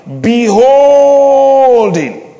Beholding